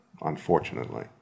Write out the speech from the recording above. unfortunately